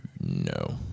No